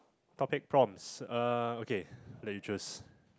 topic prompts ah okay let you choose